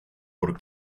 por